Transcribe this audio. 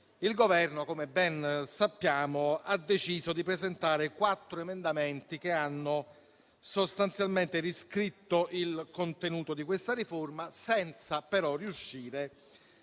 l'Esecutivo, come ben sappiamo, ha deciso di presentare quattro emendamenti che hanno sostanzialmente riscritto il contenuto di questa riforma, senza però riuscire